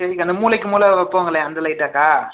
சரிக்கா அந்த மூலைக்கு மூலை வைப்பாங்களே அந்த லைட்டாக்கா